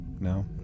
No